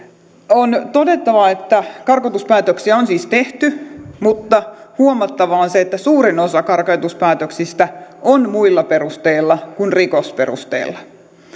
on todettava että karkotuspäätöksiä on siis tehty mutta huomattava on se että suurin osa karkotuspäätöksistä on tehty muilla perusteilla kuin rikosperusteilla